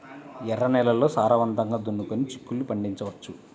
ఎర్ర నేలల్లో సారవంతంగా దున్నుకొని చిక్కుళ్ళు పండించవచ్చు